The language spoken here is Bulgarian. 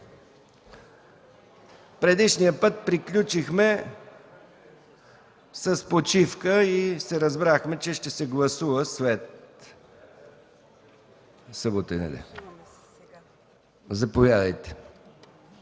Предишния път приключихме с почивка и се разбрахме, че ще се гласува в следващо заседание. Заповядайте,